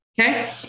Okay